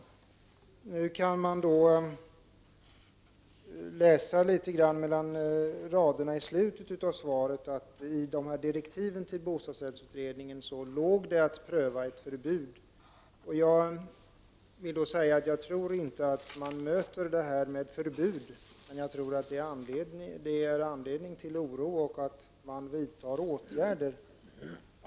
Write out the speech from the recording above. Kanske kan man i slutet av bostadsministerns svar mellan raderna läsa sig till att det i direktiven till bostadsrättsutredningen låg att ett förbud skulle prövas. Jag tror inte att man kan möta detta med ett förbud. Däremot tror jag att det ger anledning till oro och att man vidtar åtgärder.